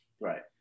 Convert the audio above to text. right